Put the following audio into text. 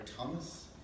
Thomas